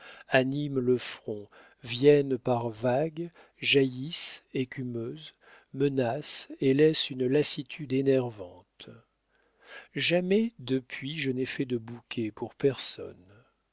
animent le front viennent par vagues jaillissent écumeuses menacent et laissent une lassitude énervante jamais depuis je n'ai fait de bouquet pour personne